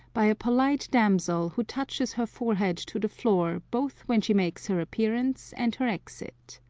by a polite damsel, who touches her forehead to the floor both when she makes her appearance and her exit.